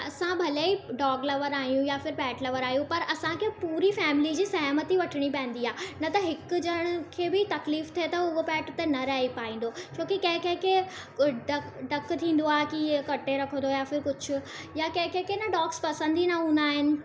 असां भले ई डॉग लवर आहियूं या फिर पैट लवर आहियूं पर असांखे पूरी फैमिली जी सहमति वठिणी पवंदी आहे न त हिकु ॼणे खे बि तकलीफ़ु थिए त उहो पैट उते न रही पाईंदो छोकी कंहिं कंहिंखे डपु डपु थींदो आहे की इहो कटे रखंदो आहे या फिर कुझु या कंहिं कंहिंखे न डॉग्स पसंदि ई न हूंदा आहिनि